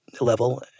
level